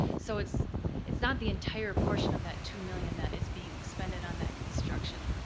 so it's it's not the entire portion of that two million that is being expended on that construction,